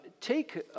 take